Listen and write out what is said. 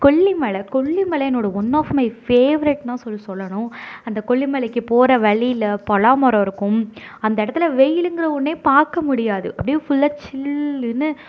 கொல்லிமலை கொல்லிமலை என்னோடய one of my favourite தான் சொல்லி சொல்லணும் அந்த கொல்லிமலைக்கு போகிற வழியில் பலாமரம் இருக்கும் அந்த இடத்துல வெயில்ங்கிற ஒன்றே பார்க்க முடியாது அப்படியே ஃபுல்லாக சில்லுனு